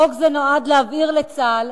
חוק זה נועד להבהיר לצה"ל